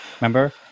Remember